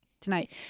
tonight